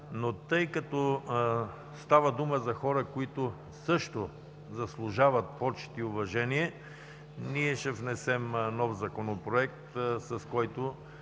но тъй като става дума за хора, които също заслужават почит и уважение, ние ще внесем нов Законопроект, с който